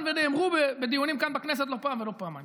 ונאמרו בדיונים כאן בכנסת לא פעם ולא פעמיים.